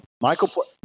Michael